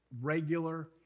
regular